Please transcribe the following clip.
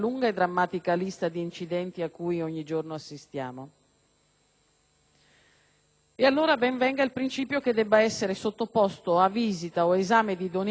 E allora ben venga il principio che debba essere sottoposto a visita o a esame di idoneità chi dimostra di non sapersi comportare adeguatamente.